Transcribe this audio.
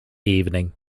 evening